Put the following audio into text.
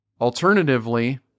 Alternatively